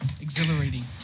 exhilarating